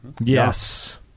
Yes